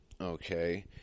okay